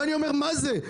ואני אומר: מה זה?